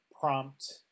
prompt